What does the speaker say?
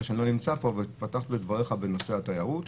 בנושא התיירות.